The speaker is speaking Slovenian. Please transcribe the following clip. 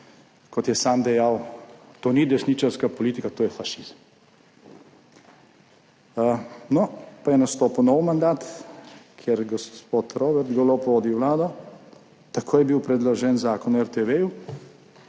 kot je sam dejal, »to ni desničarska politika, to je fašizem«. No, pa je nastopil nov mandat, v katerem gospod Robert Golob vodi vlado, takoj je bil predložen zakon o RTV,